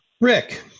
Rick